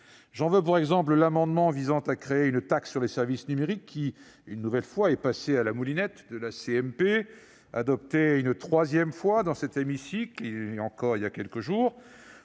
J'en veux pour exemple l'amendement visant à créer une taxe sur les services numériques, qui, une nouvelle fois, est passé à la moulinette de la CMP. Adopté pour la troisième fois dans cet hémicycle il y a encore quelques jours,